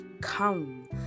come